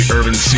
Urban